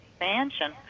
expansion